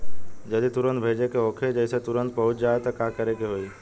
जदि तुरन्त भेजे के होखे जैसे तुरंत पहुँच जाए त का करे के होई?